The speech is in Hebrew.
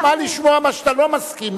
חוכמה לשמוע מה שאתה לא מסכים,